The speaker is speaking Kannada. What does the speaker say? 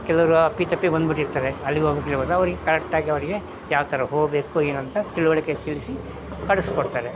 ಕೆಲವರು ಅಪ್ಪಿತಪ್ಪಿ ಬಂದ್ಬಿಟ್ಟಿರ್ತಾರೆ ಅಲ್ಲಿಗೆ ಹೋಗ್ಬೇಕು ಇಲ್ಲಿಗೆ ಹೋಗ್ಬೇಕು ಅವ್ರಿಗೆ ಕರೆಕ್ಟಾಗಿ ಅವರಿಗೆ ಯಾವ ಥರ ಹೋಗಬೇಕು ಏನು ಅಂತ ತಿಳುವಳಿಕೆ ತಿಳಿಸಿ ಕಳಿಸ್ಕೊಡ್ತಾರೆ